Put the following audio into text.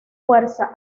fuerza